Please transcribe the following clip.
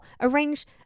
arrange